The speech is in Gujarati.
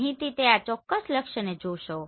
તો અહીંથી તે આ ચોક્કસ લક્ષ્યને જોશે